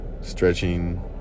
stretching